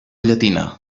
llatina